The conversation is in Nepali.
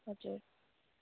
हजुर